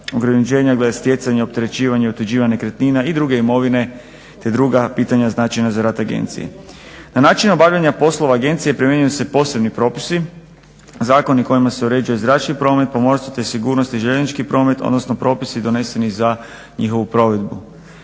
glede stjecanja, opterećivanja i utvrđivanja nekretnina i druge imovine, te druga pitanja značajna za rad agencije. Na način obavljanja poslova agencije primjenjuje se posebni propisi, zakoni kojima se uređuje zračni promet, pomorstvo te sigurnost i željeznički promet odnosno propisi doneseni za njihovu provedbu.